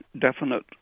definite